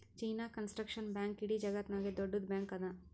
China Construction Bank ಇಡೀ ಜಗತ್ತನಾಗೆ ದೊಡ್ಡುದ್ ಬ್ಯಾಂಕ್ ಅದಾ